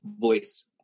voice